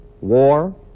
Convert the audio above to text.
war